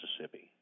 Mississippi